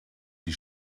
die